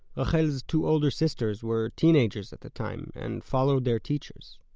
ah rachel's two older sisters were teanagers at the time, and followed their teachers.